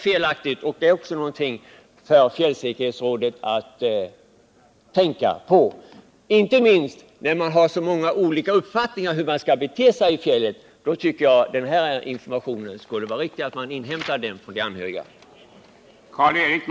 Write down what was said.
Detta är också någonting för fjällsäkerhetsrådet att tänka på, inte minst då det finns så många olika uppfattningar om hur man skall bete sig i fjällen.